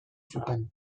zuten